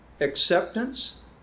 acceptance